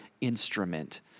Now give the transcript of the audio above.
instrument